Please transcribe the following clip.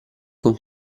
con